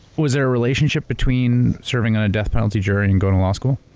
was there a relationship between serving on a death penalty jury and going to law school?